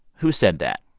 who said that?